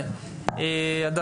משרד האוצר,